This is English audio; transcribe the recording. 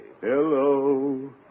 Hello